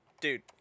Dude